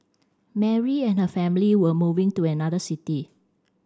Mary and her family were moving to another city